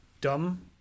dumb